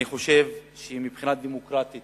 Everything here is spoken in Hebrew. אני חושב שמבחינה דמוקרטית